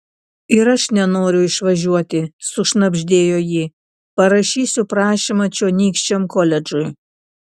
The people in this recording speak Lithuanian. ir aš nenoriu išvažiuoti sušnabždėjo ji parašysiu prašymą čionykščiam koledžui